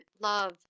love